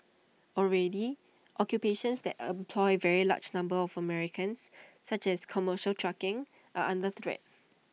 already occupations that employ very large numbers of Americans such as commercial trucking are under threat